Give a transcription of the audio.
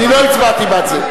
אני לא הצבעתי בעד זה.